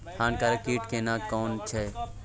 हानिकारक कीट केना कोन छै?